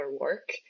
work